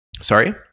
Sorry